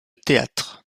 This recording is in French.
théâtre